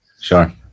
sure